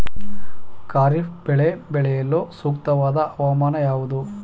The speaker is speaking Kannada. ಖಾರಿಫ್ ಬೆಳೆ ಬೆಳೆಯಲು ಸೂಕ್ತವಾದ ಹವಾಮಾನ ಯಾವುದು?